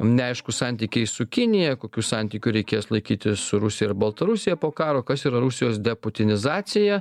neaiškūs santykiai su kinija kokių santykių reikės laikytis su rusija ir baltarusija po karo kas yra rusijos deputinizacija